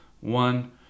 One